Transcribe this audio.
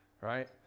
right